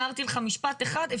הערתי לך משפט אחד,